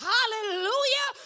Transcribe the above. Hallelujah